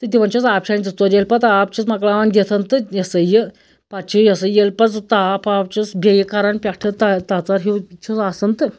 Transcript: تہٕ دِوان چھِس آبہٕ چھانہِ زٕ ژور ییٚلہِ پَتہٕ آب چھِس مَکلاوان دِتھ تہٕ یہِ ہَسا یہِ پَتہٕ چھِ یہِ ہَسا یہِ ییٚلہِ پَتہٕ سُہ تاپھ واپھ چھِس بیٚیہِ کران پٮ۪ٹھٕ تہ تَژَر ہیوٗ چھُس آسان تہٕ